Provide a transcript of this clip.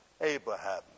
Abraham